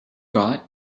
got